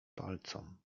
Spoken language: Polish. palcom